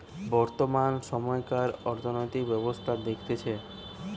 বর্তমান সময়কার অর্থনৈতিক ব্যবস্থা দেখতেছে